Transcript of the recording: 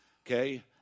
Okay